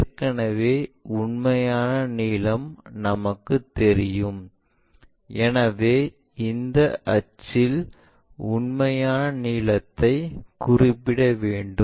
ஏற்கனவே உண்மையான நீளம் நமக்கு தெரியும் எனவே இந்த அச்சில் உண்மையான நீளத்தைக் குறிப்பிட வேண்டும்